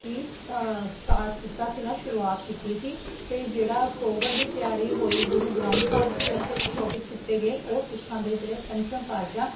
ਕੀ ਅ ਸਟਾਟ ਕੀਤਾ ਸੀਗਾ ਸ਼ੁਰੂਆਤ ਕੀਤੀ ਸੀ ਅਤੇ ਜਿਹੜਾ ਸਰੋਵਰ ਦੀ ਤਿਆਰੀ ਹੋਈ ਗੁਰੂ ਗ੍ਰੰਥ ਸਾਹਿਬ ਜੀ ਇੱਥੇ ਸੋਭਿਤ ਕੀਤੇ ਗਏ ਉਹ ਸਿੱਖਾਂ ਦੇ ਜਿਹੜੇ ਪੰਜਵ ਪਾਤਸ਼ਾਹ